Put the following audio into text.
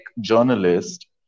journalist